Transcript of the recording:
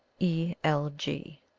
e. l. g.